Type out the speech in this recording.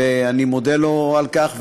ואני מודה לו על כך,